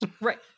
right